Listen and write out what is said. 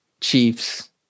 Chiefs